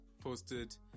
posted